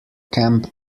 camp